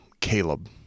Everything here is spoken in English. Caleb